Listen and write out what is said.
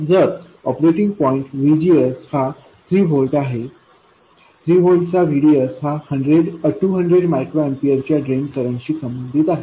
तर operating point GSहा 3 volt आहे 3 व्होल्टचा V DS हा 200 मायक्रो एम्पीयर च्या ड्रेन करंटशी संबंधित आहे